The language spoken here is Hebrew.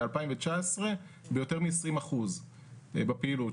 ל-2019 ביותר מ-20% בפעילות,